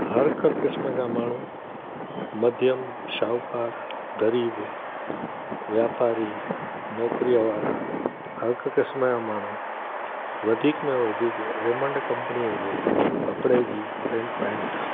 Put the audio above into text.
हर हिकु क़िस्म जा माण्हू मध्यम शाहूकारु ग़रीब व्यापारी नौकरीअ वारा हर हिकु क़िस्म जा माण्हू वधीक में वधीक रेमंड कंपनीअ जे कपिड़े जी पैंट पाइनि था